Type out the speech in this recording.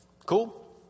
Cool